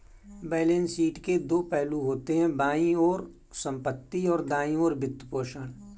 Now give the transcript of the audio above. balance sheet के दो पहलू होते हैं, बाईं ओर संपत्ति, और दाईं ओर वित्तपोषण